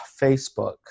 Facebook